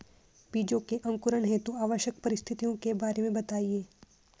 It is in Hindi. बीजों के अंकुरण हेतु आवश्यक परिस्थितियों के बारे में बताइए